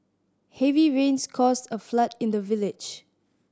heavy rains caused a flood in the village